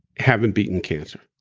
having beaten cancer,